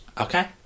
Okay